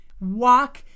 Walk